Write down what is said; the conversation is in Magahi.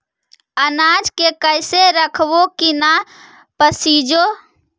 अनाज के कैसे रखबै कि न पसिजै?